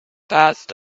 passed